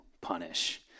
punish